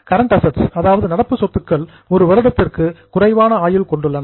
current assets நடப்பு சொத்துக்கள் ஒரு வருடத்திற்கு குறைவான ஆயுள் கொண்டுள்ளன